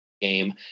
game